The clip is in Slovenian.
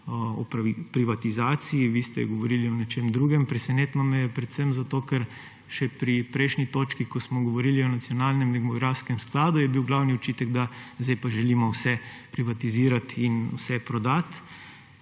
o privatizaciji, vi ste govorili o nečem drugem. Presenetilo me je predvsem zato, ker še pri prejšnji točki, ko smo govorili o nacionalnem demografskem skladu, je bil glavni očitek, da zdaj pa želimo vse privatizirat in vse prodati,